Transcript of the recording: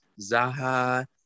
Zaha